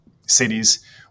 cities